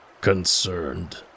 concerned